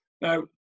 Now